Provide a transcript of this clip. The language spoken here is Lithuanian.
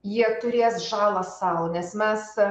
jie turės žalą sau nes mes